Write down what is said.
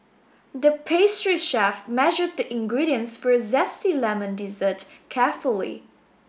the pastry chef measured the ingredients for a zesty lemon dessert carefully